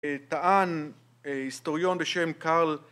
טען היסטוריון בשם קארל